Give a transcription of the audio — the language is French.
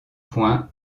point